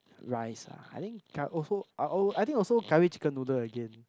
rice ah I think cur~ I think also curry chicken noodle again